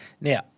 Now